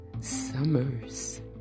Summers